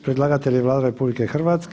Predlagatelj je Vlada RH.